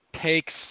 takes